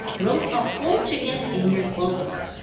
roast a whole chicken in your slow cooker.